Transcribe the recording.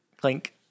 clink